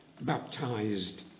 baptized